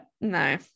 No